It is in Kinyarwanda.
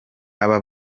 aba